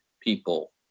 people